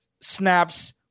snaps